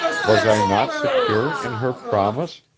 was i not secure in her promise,